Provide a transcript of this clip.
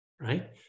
right